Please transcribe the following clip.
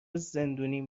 زندونیم